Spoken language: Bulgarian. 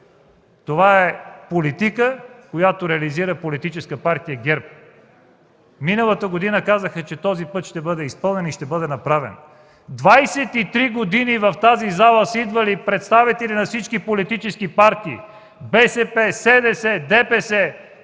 това е политика, която реализира Политическа партия ГЕРБ. Миналата година казаха, че този път ще бъде направен”. Двадесет и три години в тази зала са идвали представители на всички политически партии – БСП, СДС, ДПС,